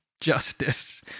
justice